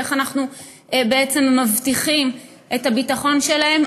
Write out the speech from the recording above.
ואיך אנחנו מבטיחים את הביטחון של הילדים.